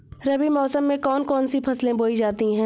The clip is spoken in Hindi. रबी मौसम में कौन कौन सी फसलें बोई जाती हैं?